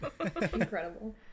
Incredible